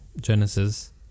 Genesis